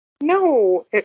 No